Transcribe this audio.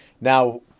Now